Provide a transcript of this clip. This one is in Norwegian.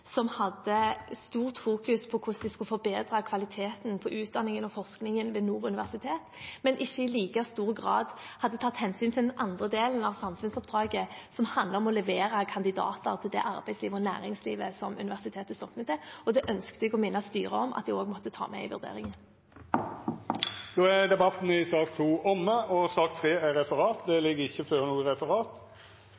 som la stor vekt på hvordan de skulle forbedre kvaliteten på utdanningen og forskningen ved Nord universitet, men som ikke i like stor grad hadde tatt hensyn til den andre delen av samfunnsoppdraget, som handler om å levere kandidater til det arbeidslivet og det næringslivet som universitetet sokner til. Jeg ønsket å minne styret om at de også måtte ta det med i vurderingen. Dette spørsmålet er utsett til neste spørjetime, då statsråden er bortreist. Då er sak nr. 2 ferdig handsama. Det